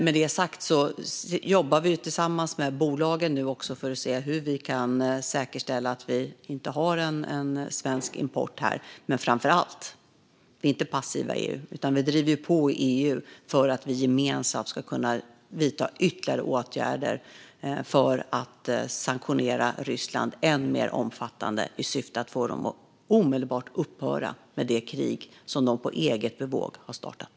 Med detta sagt jobbar vi nu också tillsammans med bolagen för att se hur vi kan säkerställa att vi inte har en svensk import här. Men framför allt är vi inte passiva i EU, utan vi driver på i EU för att vi gemensamt ska kunna vidta ytterligare åtgärder för än mer omfattande sanktioner mot Ryssland i syfte att få ryssarna att omedelbart upphöra med det krig som de på eget bevåg har startat.